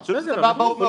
אני חושב שזה דבר ברור.